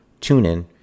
TuneIn